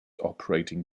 operating